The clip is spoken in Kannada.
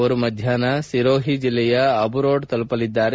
ಅವರು ಮಧ್ಯಾಪ್ನ ಸಿರೋಹಿ ಜಿಲ್ಲೆಯ ಅಬುರೋಡ್ ತಲುಪಲಿದ್ದಾರೆ